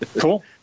Cool